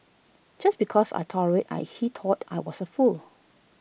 just because I tolerated I he thought I was A fool